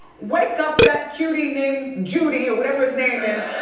wake up that cutie named judie or whatever his name is,